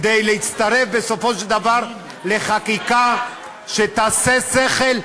כדי להצטרף בסופו של דבר לחקיקה שתעשה שכל,